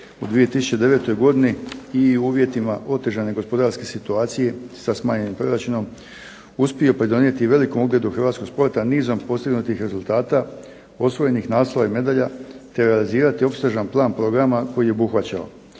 u 2009. godini i u uvjetima otežane gospodarske situacije sa smanjenim proračunom uspio pridonijeti velikom ugledu hrvatskog sporta nizom postignutih rezultata, osvojenih naslova i medalja te realizirati opsežan plan programa koji je obuhvaćao: